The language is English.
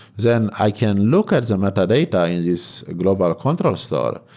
then i can look at the metadata in this global control store.